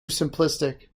simplistic